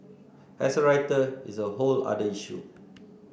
as a writer it's a whole other issue